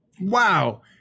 Wow